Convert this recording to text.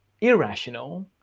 irrational